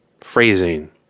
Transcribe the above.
phrasing